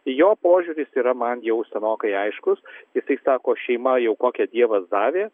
jo požiūris yra man jau senokai aiškus jisai sako šeima jau kokią dievas davė